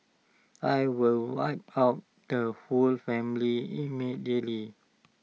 I will wipe out the whole family immediately